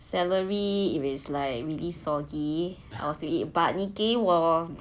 celery is like really soggy of it but 你给我